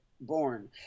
born